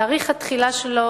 תאריך התחילה שלו.